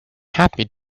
happy